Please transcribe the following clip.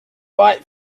fight